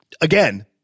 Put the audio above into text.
Again